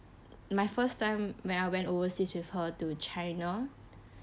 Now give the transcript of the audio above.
my first time when I went overseas with her to China